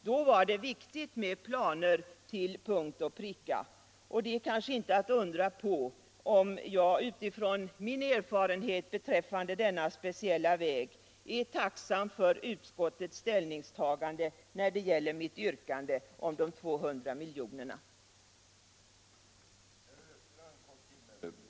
Då var det viktigt att kraven på planer följdes till punkt och pricka. Det är kanske inte att undra på om jag med tanke på min erfarenhet av denna speciella väg är tacksam för utskottets ställningstagande när det gäller mitt yrkande om de 200 milj.kr.